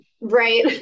Right